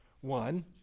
One